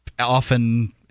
often